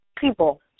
people